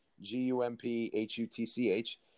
G-U-M-P-H-U-T-C-H